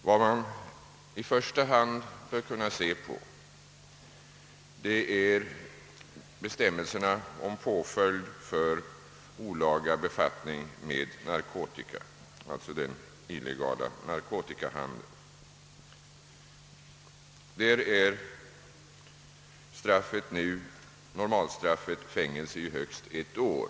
Vad man för det första bör kunna se på är bestämmelserna om påföljd för olaga befattning med narkotika — alltså den illegala narkotikahandeln. Där är normalstraffet nu fängelse i högst ett år.